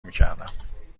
میکردم